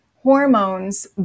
hormones